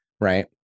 right